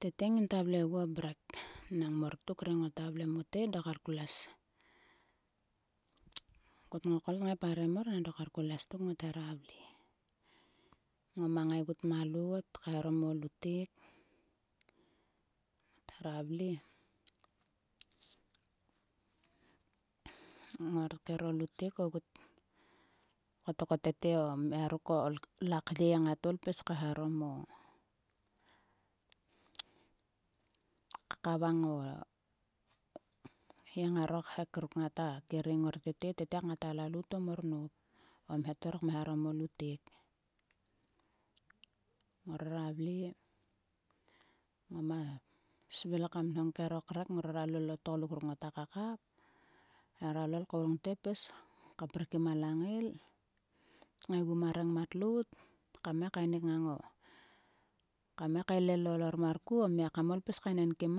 Tete nginta vle oguo mrek nang mor tuk ri. Ngota vle mote. dok kar klues. Ko trokol tngai parem mor nang dok kar klues tuk ngot hera vle. Ngoma ngaitgut ma lot kaeharom o lutek ngot hera vle he. ngor kero lutek ogut kotok ko tete amia ruko la kye ngat ol pis kalharom o. Kakavango. o hi ngaro khek ruk ngata kering ngor tete. Tete ngata lalout to mor nop o mheto kmeharom o lutek. Ngrora vle. ngoma svil kam nhong kero krek. Ngrora lol kero tgoluk ruk ngota kakap. Hera lol koul ngte pis ka prik kim a langail kngaigu ma rengmat lout kam ngai kainik ngang o. Kam ngai kaelel ool ormar ku o mia kam ol pis kaenenkim.